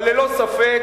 אבל ללא ספק,